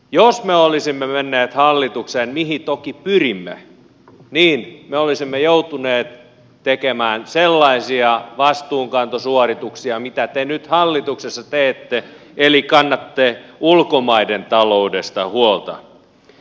jos me olisimme menneet hallitukseen mihin toki pyrimme niin me olisimme joutuneet tekemään sellaisia vastuunkantosuorituksia mitä te nyt hallituksessa teette eli kannatte ulkomaiden taloudesta huolta